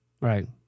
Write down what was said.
Right